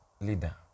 leader